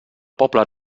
poble